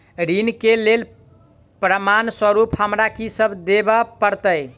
ऋण केँ लेल प्रमाण स्वरूप हमरा की सब देब पड़तय?